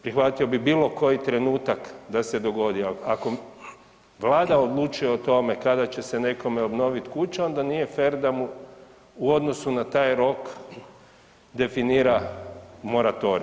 Prihvatio bi bilo koji trenutak da se dogodi, ako Vlada odlučuje o tome kada će se nekome obnoviti kuća onda nije fer da mu u odnosu na taj rok definira moratorij.